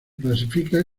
clasifica